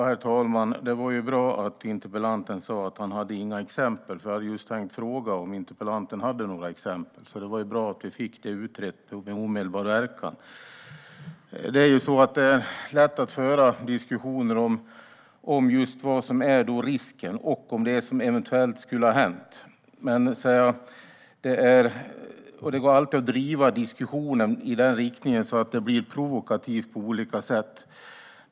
Herr talman! Det var ju bra att interpellanten sa att han inte hade några exempel, för jag hade just tänkt fråga om det. Det var bra att vi fick det utrett med omedelbar verkan. Det är lätt att föra diskussioner om risker och om vad som eventuellt skulle ha hänt. Det går alltid att driva diskussionen i den riktningen så att det blir provokativt på olika sätt.